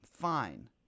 fine